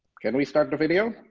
can we start the video?